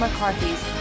McCarthy's